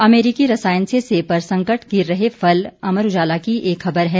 अमेरिकी रसायन से सेब पर संकट गिर रहे फल अमर उजाला की एक खबर है